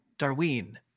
Darwin